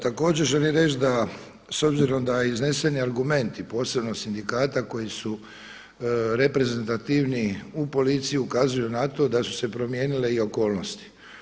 Također želim reći da s obzirom da izneseni argumenti, posebno sindikata koji su reprezentativniji u policiji, ukazuju na to da su se promijenile i okolnosti.